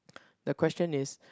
the question is